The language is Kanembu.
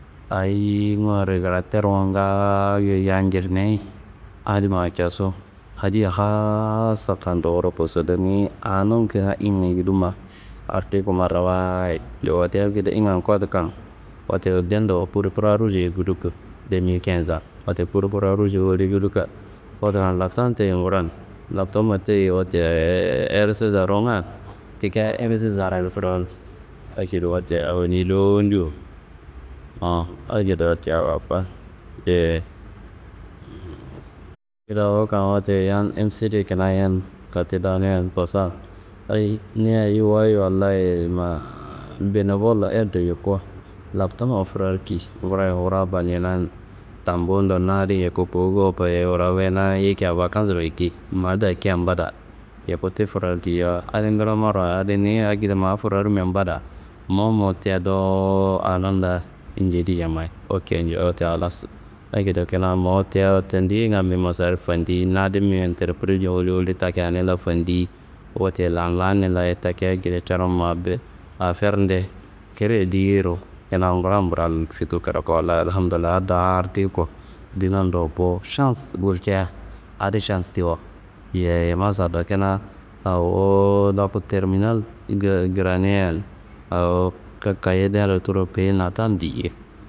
Ayinu wayi regulaterngun ngaayo yan njirnayi adi ma cesfu hadia hassatando wuro kosodu. Ni anun kina ikan guduma ardiku marawayid yuwu wote akedo ikan kotukan, wote dindo kur kura ruše kuduku de mil kinza, wote kur kura rušeye woli kuduka kodu latan tayei nguran. Latamma tayei, wote RCSsa runga tikia RCSsaroyi furarki. Akedo, wote awoni dowo njo akendo wote awoko, yeyi kida wukan wote yam MCD kina yan kati danayan kosuwan. Hayi ni ayi wuyi Wallayi ma benevol eddo yuku, lamtamma furarki, ngura nguro abaniye nan tambundo na adi yuku kawu gowoko ye wurako ye na adi yikia vakans yiki ma dakian mbada yuku ti furarki. Yowo adi ngla marawayid, adi niyi akedo ma furarmia mbada mowu mowu tia dowo anun la njedi yammayi oke njo. Wote halas akedo kina mowu tia tendiyi ingambe masarif fandiyi, na adimbe entriprisni woli woli taki ani la fandiyi. Wote lan lanni laye taki wote akedo coron ma afernde kiriye diyeiro kina nguron bral fituwu kirako. Wallayi Alhamdullayi ado a ardiyiko dinan dowo bo. Šans gulca, adi šans tiwo, yiye masallo kina awo laku terminal g- giraneiyan awo ka- kayiye tudu kayiye natal diye.